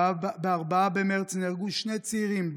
ב-4 במרץ נהרגו שני צעירים,